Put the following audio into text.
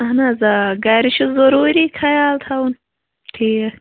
اَہَن حظ آ گَرِ چھُ ضروٗری خیال تھاوُن ٹھیٖک